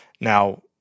Now